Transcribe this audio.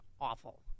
awful